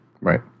Right